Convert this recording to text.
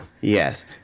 Yes